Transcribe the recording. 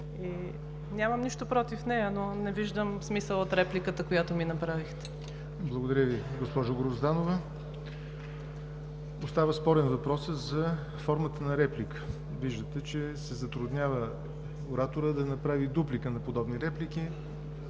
Нямам нищо против нея, но не виждам смисъл от репликата, която ми направихте. ПРЕДСЕДАТЕЛ ЯВОР НОТЕВ: Благодаря Ви, госпожо Грозданова. Остава спорен въпросът за формата на реплика. Виждате, че се затруднява ораторът да направи дуплика на подобни реплики.